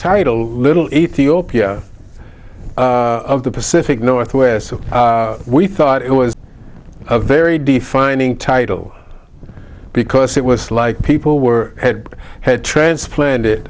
title little ethiopia of the pacific northwest so we thought it was a very defining title because it was like people were had had transplanted